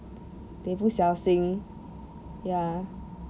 they 不小心 ya